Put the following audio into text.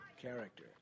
character